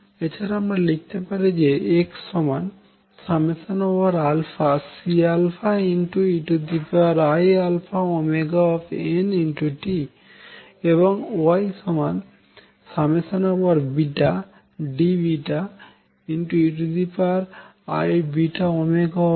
এছাড়াও আমরা লিখতে পারি যে x Ceiαωnt এবং y Deiβωnt